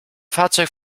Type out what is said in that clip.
fahrzeug